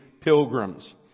pilgrims